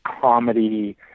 comedy